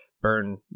burn